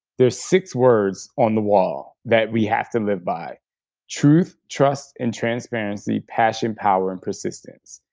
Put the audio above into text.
there's six words on the wall that we have to live by truth, trust, and transparency passion, power, and persistence.